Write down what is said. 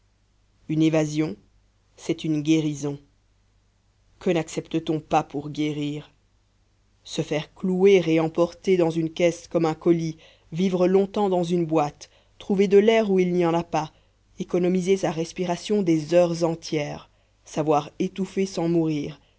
une évasion c'est une guérison que naccepte t on pas pour guérir se faire clouer et emporter dans une caisse comme un colis vivre longtemps dans une boîte trouver de l'air où il n'y en a pas économiser sa respiration des heures entières savoir étouffer sans mourir